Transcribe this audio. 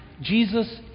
Jesus